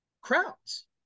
crowds